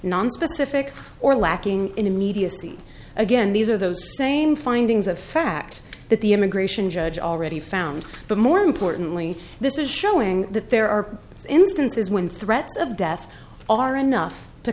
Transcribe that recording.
nonspecific or lacking in immediacy again these are those same findings of fact that the immigration judge already found but more importantly this is showing that there are instances when threats of death are enough to